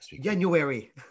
january